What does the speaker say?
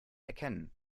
erkennen